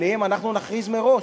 עליהם נכריז מראש.